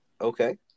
Okay